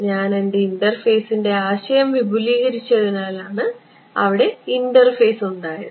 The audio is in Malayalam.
ഞാനെൻറെ ഇൻറർഫേസിൻറെ ആശയം വിപുലീകരിച്ചതിനാലാണ് അവിടെ ഇൻറർഫേസ് ഉണ്ടായത്